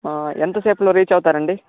ఎంతసేపులో reach అవుతారండి